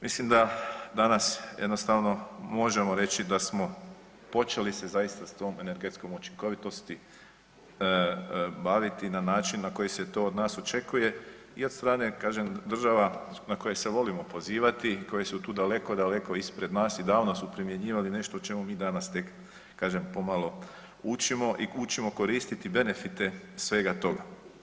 Mislim da danas jednostavno možemo reći da smo počeli se zaista s tom energetskom učinkovitosti baviti na način na koji se to od nas očekuje i od strane kažem država na koje se volimo pozivati, koje su tu daleko, daleko ispred nas i davno su primjenjivali nešto o čemu mi danas tek kažem pomalo učimo i učimo koristiti benefite svega toga.